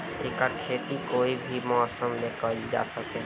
एकर खेती कोई भी मौसम मे कइल जा सके ला